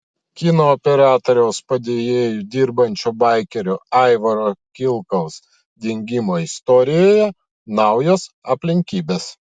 kino operatoriaus padėjėju dirbančio baikerio aivaro kilkaus dingimo istorijoje naujos aplinkybės